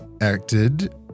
acted